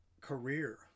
career